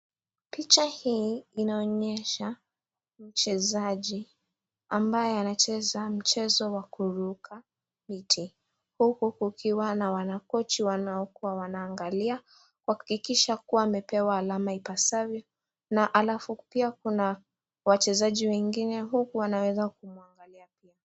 picha hii inaonyesha mchezaji ambaye anacheza mchezo wa kuruka miti huku kukiwa na kochi waokuwa wanaangalia kuhakikisha kuwa amepewa alama ipasavyo na alafu pi akuna wachezaji wengine huku wanaweza kumwangalia.